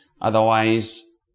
otherwise